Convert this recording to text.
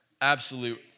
absolute